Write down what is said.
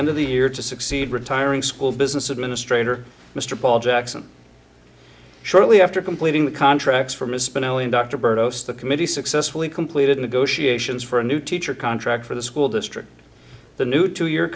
end of the year to succeed retiring school business administrator mr paul jackson shortly after completing the contracts for misspelling dr bird of the committee successfully completed negotiations for a new teacher contract for the school district the new two year